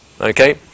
okay